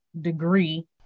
degree